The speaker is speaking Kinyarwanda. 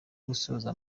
gusoza